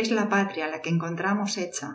es la patria la que encontramos hecha